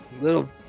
Little